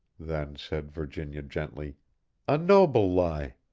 then said virginia, gently a noble lie.